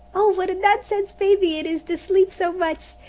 oh, what a nonsense baby it is to sleep so much!